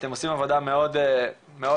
אתם עושים עבודה מאוד חשובה,